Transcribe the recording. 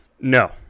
No